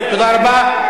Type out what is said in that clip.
תודה רבה.